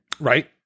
Right